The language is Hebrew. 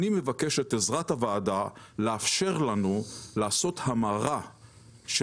אני מבקש את עזרת הוועדה לאפשר לנו לעשות המרה של